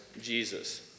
Jesus